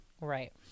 right